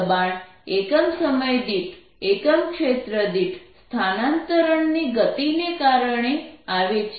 દબાણ એકમ સમય દીઠ એકમ ક્ષેત્ર દીઠ સ્થાનાંતરણની ગતિ ને કારણે આવે છે